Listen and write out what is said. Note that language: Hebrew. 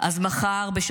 לא יהיה מי שיאזן את הכוח.